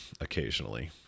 occasionally